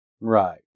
Right